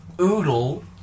oodle